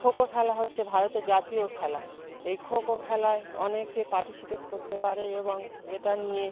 খোখো খেলা হচ্ছে ভারতের জাতীয় খেলা এই খোখো খেলায় অনেকে পার্টিসিপেট করতে পারে এবং এটা নিয়ে